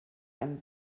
einen